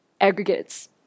aggregates